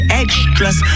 extras